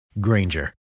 Granger